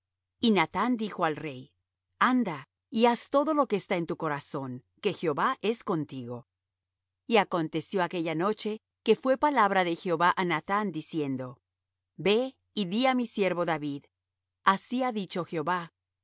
y nathán dijo al rey anda y haz todo lo que está en tu corazón que jehová es contigo y aconteció aquella noche que fué palabra de jehová á nathán diciendo ve y di á mi siervo david así ha dicho jehová